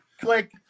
click